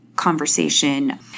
conversation